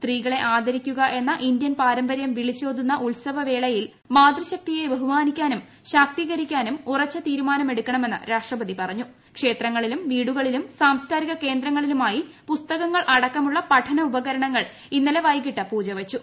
സ്ത്രീകളെ ആദ്യിക്കുക എന്ന ഇന്ത്യൻ പാരമ്പരൃം വിളിച്ചോതുന്ന ഉത്സ്വ വേളയിൽ മാതൃശക്തിയെ ബഹുമാനിക്കാനും ശാക്തൂീക്കർക്കാനും ഉറച്ചു തീരുമാനമെടുക്കണ മെന്ന് രാഷ്ട്രപതി പറഞ്ഞും ക്ഷേത്രങ്ങളിലും വീടുകളിലും സാംസ്കാരിക കേന്ദ്രങ്ങളിലുമായി പുസ്തകങ്ങളടക്കമുള്ള പഠനോപകരണങ്ങൾ ഇന്നലെ വൈകിട്ട് പൂജ വച്ചു